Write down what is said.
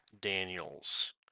Daniels